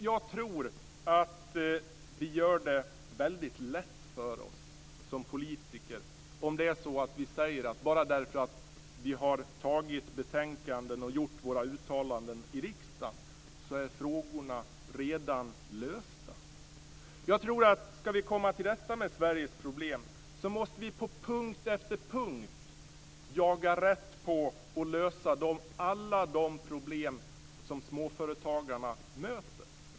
Jag tror att vi gör det väldigt lätt för oss som politiker om vi säger att bara därför att vi har fattat beslut om betänkanden och gjort våra uttalanden i riksdagen så är frågorna redan lösta. Jag tror att om vi skall komma till rätta med Sveriges problem måste vi på punkt efter punkt jaga rätt på och lösa alla de problem som småföretagarna möter.